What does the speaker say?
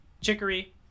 chicory